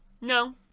No